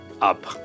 up